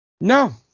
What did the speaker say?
No